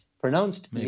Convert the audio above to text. Pronounced